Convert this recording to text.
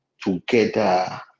together